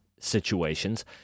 situations